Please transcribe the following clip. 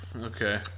Okay